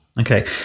Okay